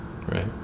right